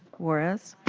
juarez.